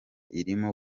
irimo